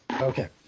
Okay